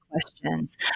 questions